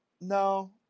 no